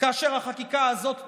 כאשר החקיקה הזאת תאושר,